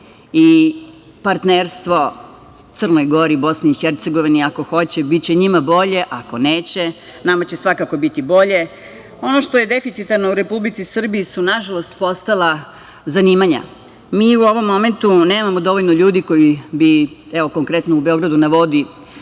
i partnerstvo Crnoj Gori, Bosni i Hercegovini. Ako hoće, biće njima bolje. Ako neće, nama će svakako biti bolje. Ono što je deficitarno u Republici Srbiji su, nažalost, postala zanimanja. Mi u ovom momentu nemamo dovoljno ljudi koji bi, evo, konkretno u „Beogradu na vodi“,